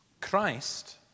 Christ